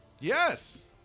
Yes